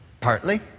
Partly